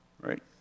right